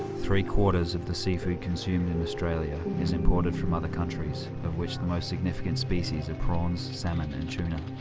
three quarters of the seafood consumed in australia is imported from other countries, of which the most significant species are prawns, salmon and tuna.